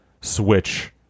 switch